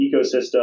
ecosystem